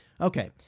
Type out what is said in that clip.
Okay